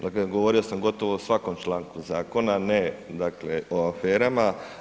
Dakle, govorio sam gotovo o svakom članku zakona, dakle, ne o aferama.